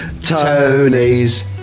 Tony's